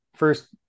First